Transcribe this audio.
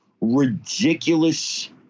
ridiculous